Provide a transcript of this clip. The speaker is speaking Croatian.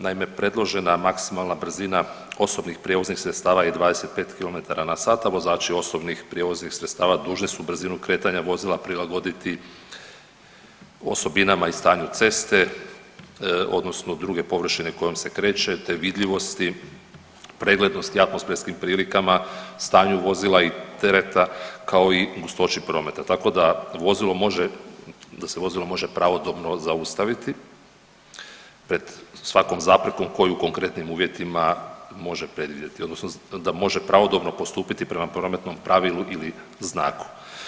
Naime, predložena maksimalna brzina osobnih prijevoznih sredstava je 25km/h, a vozači osobnih prijevoznih sredstava dužni su brzinu kretanja vozila prilagoditi osobinama i stanju ceste odnosno druge površine kojom se kreće, te vidljivosti, preglednosti, atmosferskim prilikama, stanju vozila i tereta, kao i gustoći prometa, tako da vozilo može, da se vozilo može pravodobno zaustaviti pred svakom zaprekom koju u konkretnim uvjetima može predvidjeti odnosno da može pravodobno postupiti prema prometnom pravilu ili znaku.